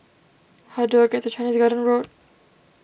how do I get to Chinese Garden Road